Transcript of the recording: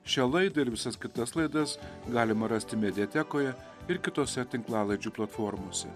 šią laidą ir visas kitas laidas galima rasti mediatekoje ir kitose tinklalaidžių platformose